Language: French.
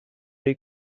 les